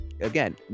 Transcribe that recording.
again